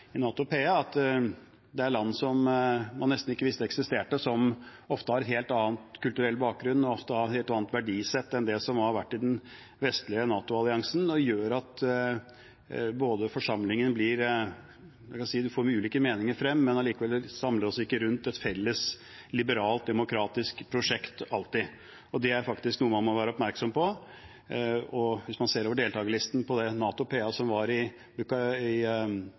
nesten ikke visste eksisterte, og som ofte har en helt annen kulturell bakgrunn og et helt annet verdisett enn det som har vært i den vestlige NATO-alliansen, gjør at man får ulike meninger frem, men ikke alltid gjør at vi samler oss rundt et felles liberalt, demokratisk prosjekt. Det er faktisk noe man må være oppmerksom på. Hvis man ser på deltakerlisten for NATO PA fra da vi var i